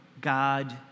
God